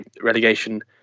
relegation